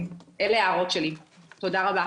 שלום,